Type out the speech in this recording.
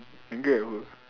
angry at who